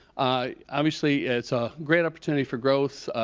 obviously it's a great opportunity for growth,